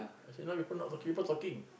I say no people not people talking